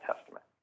Testament